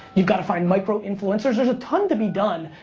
you've got to find micro-influencers there's a ton to be done,